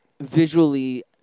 visually